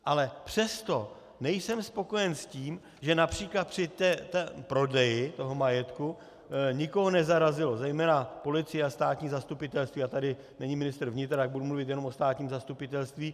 Ale přesto nejsem spokojen s tím, že např. při prodeji toho majetku nikoho nezarazilo, zejména policii a státní zastupitelství a tady není ministr vnitra, tak budu mluvit jenom o státním zastupitelství...